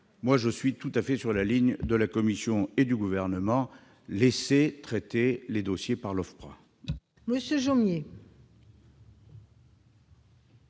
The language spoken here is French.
suis donc tout à fait sur la ligne de la commission et du Gouvernement : laisser traiter les dossiers par l'OFPRA